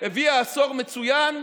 הביאה עשור מצוין,